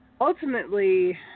ultimately